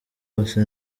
bose